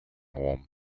warm